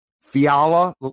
Fiala